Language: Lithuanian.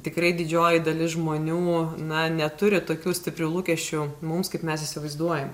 tikrai didžioji dalis žmonių na neturi tokių stiprių lūkesčių mums kaip mes įsivaizduojam